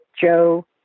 Joe